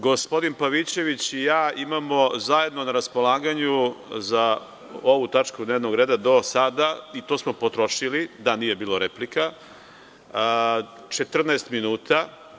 Gospodin Pavićević i ja imamo zajedno na raspolaganju za ovu tačku dnevnog reda do sada, i to smo potrošili da nije bilo replika, 14 minuta.